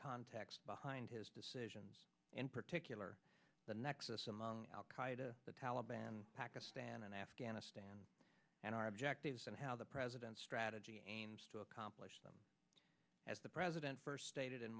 context behind his decisions in particular the nexus among al qaida the taliban pakistan and afghanistan and our objectives and how the president's strategy is to accomplish them as the president first stated in